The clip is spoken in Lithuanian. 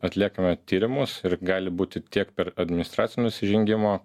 atliekame tyrimus ir gali būti tiek per administracinio nusižengimo